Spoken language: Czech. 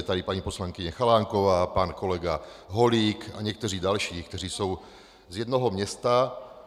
Je tady paní poslankyně Chalánková, pan kolega Holík a někteří další, kteří jsou z jednoho města.